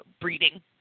breeding